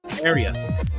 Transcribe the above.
area